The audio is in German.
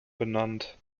benannt